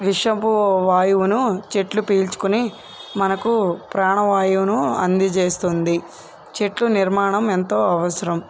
విషపు వాయువును చెట్లు పీల్చుకొని మనకు ప్రాణవాయువును అందజేస్తుంది చెట్లు నిర్మాణం ఎంతో అవసరం